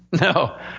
No